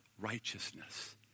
righteousness